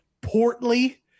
portly